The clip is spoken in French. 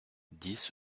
dix